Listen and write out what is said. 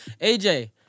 AJ